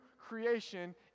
creation